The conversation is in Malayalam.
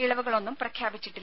ഇളവുകളൊന്നും പ്രഖ്യാപിച്ചിട്ടില്ല